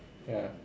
ya